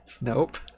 Nope